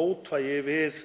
mótvægi við